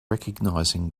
recognizing